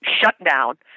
shutdown